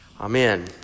Amen